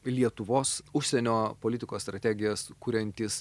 lietuvos užsienio politikos strategijas kuriantys